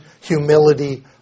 humility